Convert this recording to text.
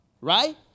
right